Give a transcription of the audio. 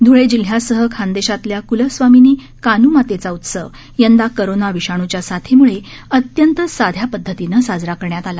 ध्वळे जिल्ह्यासह खान्देशातल्या कुलस्वामिनी कानुमातेचा उत्सव यंदा कोरोना विषाणुच्या साथीमुळे अत्यंत साध्या पध्दतीनं साजरा करण्यात आला